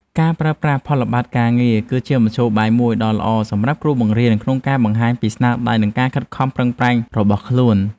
ការប្រើប្រាស់ផលប័ត្រការងារគឺជាមធ្យោបាយមួយដ៏ល្អសម្រាប់គ្រូបង្រៀនក្នុងការបង្ហាញពីស្នាដៃនិងការខិតខំប្រឹងប្រែងរបស់ខ្លួន។